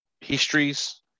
histories